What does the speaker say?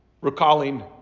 recalling